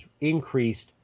increased